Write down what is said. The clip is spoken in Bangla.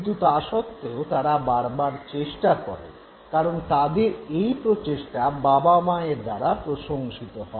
কিন্তু তা সত্ত্বেও তারা বারবার চেষ্টা করে কারন তাদের এই প্রচেষ্টা বাবা মায়ের দ্বারা প্রশংসিত হয়